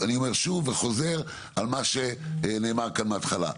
אני אומר שוב וחוזר על מה שנאמר כאן בהתחלה.